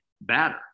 batter